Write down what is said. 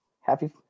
Happy